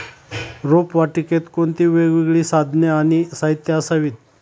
रोपवाटिकेत कोणती वेगवेगळी साधने आणि साहित्य असावीत?